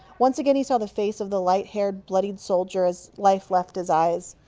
once again he saw the face of the light haired, bloodied soldier as life left his eyes.